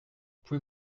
pouvez